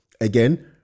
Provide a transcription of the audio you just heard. again